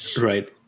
Right